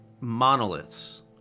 monoliths